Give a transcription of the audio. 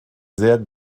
sehr